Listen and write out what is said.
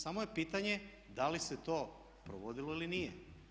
Samo je pitanje da li se to provodilo ili nije.